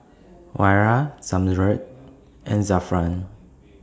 Wira Zamrud and Zafran